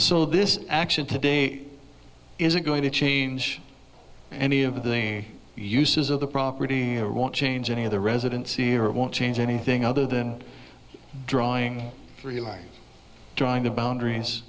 so this action to date isn't going to change any of the uses of the property or won't change any of the residency or it won't change anything other than drawing the line drawing the boundaries